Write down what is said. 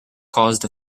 caused